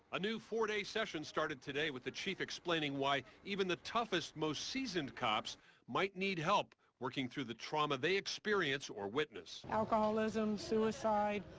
a new four-day session started today with the chief explaining why even the toughest most seasoned cops might need help. working through the trauma they experienced or witnessed. alcoholism, suicide,